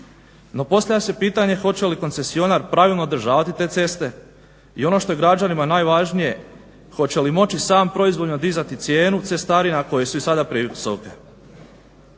No, postavlja se pitanje hoće li koncesionar pravilno održavati te ceste i ono što je građanima najvažnije hoće li moći sam proizvoljno dizati cijenu cestarina koje su i sada previsoke?